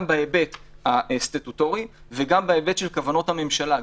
גם בהיבט הסטטוטורי וגם בהיבט של כוונות הממשלה.